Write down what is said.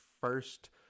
first